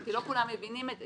כי לא כולם מבינים את זה.